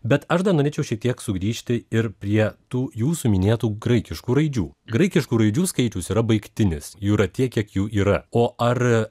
bet aš dar norėčiau šiek tiek sugrįžti ir prie tų jūsų minėtų graikiškų raidžių graikiškų raidžių skaičius yra baigtinis jų yra tiek kiek jų yra o ar